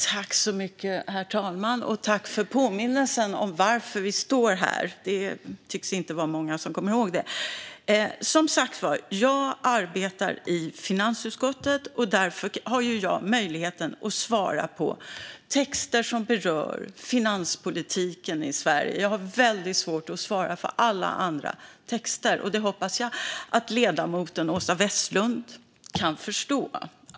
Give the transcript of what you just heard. Herr talman! Tack för påminnelsen om varför vi står här. Det tycks inte vara många som kommer ihåg det. Jag arbetar i finansutskottet. Därför har jag möjligheten att svara på texter som berör finanspolitiken i Sverige. Jag har väldigt svårt att svara för alla andra texter. Det hoppas jag att ledamoten Åsa Westlund kan förstå.